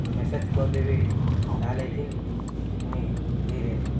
ଗୋଟେ ମେସେଜ୍ କରିଦେବେ ତା'ହେଲେ ଏଇଥନ୍ ମୁଇଁ ଦେଇଦେବି